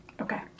Okay